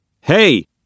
Hey